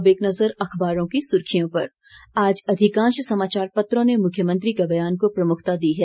अब एक नजर अखबारों की सुर्खियों पर आज अधिकांश समाचारपत्रों ने मुख्यमंत्री के बयान को प्रमुखता दी है